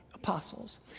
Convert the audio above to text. Apostles